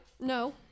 no